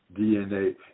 DNA